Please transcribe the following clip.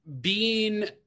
being-